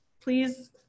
please